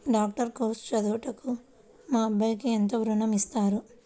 Doctor course చదువుటకు మా అబ్బాయికి ఎంత ఋణం ఇస్తారు?